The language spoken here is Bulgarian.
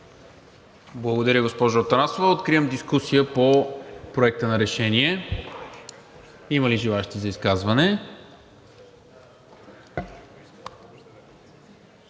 Благодаря, госпожо Атанасова. Откривам дискусия по Проекта на решение. Има ли желаещи за изказване?